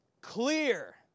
Clear